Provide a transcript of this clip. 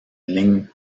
ligne